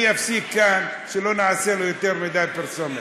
אני אפסיק כאן, שלא נעשה לו יותר מדי פרסומת.